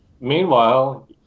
Meanwhile